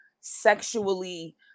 sexually